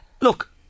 Look